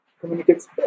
communicates